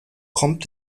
kommt